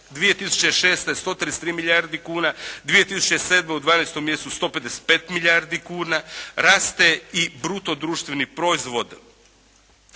2006. 133 milijarde kuna, 2007. u dvanaestom mjesecu 155 milijardi kuna. Raste i bruto društveni proizvod,